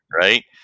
right